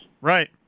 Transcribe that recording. Right